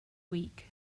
week